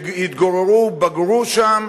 שהתגוררו, בגרו שם,